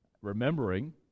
remembering